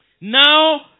Now